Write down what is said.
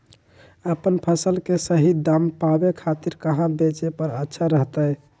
अपन फसल के सही दाम पावे खातिर कहां बेचे पर अच्छा रहतय?